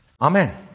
Amen